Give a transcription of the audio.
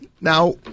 Now